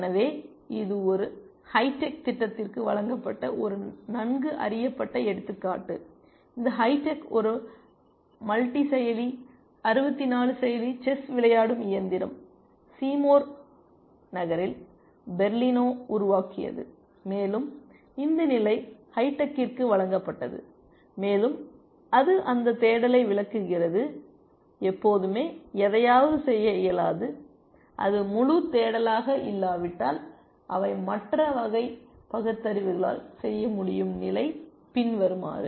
எனவே இது ஒரு ஹைடெக் திட்டத்திற்கு வழங்கப்பட்ட ஒரு நன்கு அறியப்பட்ட எடுத்துக்காட்டு இந்த ஹைடெக் ஒரு மல்டி செயலி 64 செயலி செஸ் விளையாடும் இயந்திரம் சீமோர் நகரில் பெர்லினோ உருவாக்கியது மேலும் இந்த நிலை ஹைடெக்கிற்கு வழங்கப்பட்டது மேலும் அது அந்த தேடலை விளக்குகிறது எப்போதுமே எதையாவது செய்ய இயலாது அது முழு தேடலாக இல்லாவிட்டால் அவை மற்ற வகை பகுத்தறிவுகளால் செய்ய முடியும் நிலை பின்வருமாறு